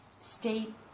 State